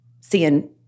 seeing